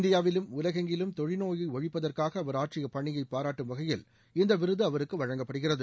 இந்தியாவிலும் உலகெங்கிலும் தொழுநோயை ஒழிப்பதற்காக அவர் ஆற்றிய பணியை பாராட்டும் வகையில இந்த விருது அவருக்கு வழங்கப்படுகிறது